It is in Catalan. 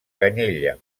canyella